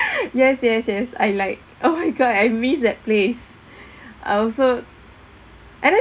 yes yes yes I like oh my god I miss that place I also and then